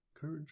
Courage